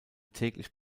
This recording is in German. täglich